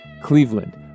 Cleveland